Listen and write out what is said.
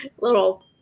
little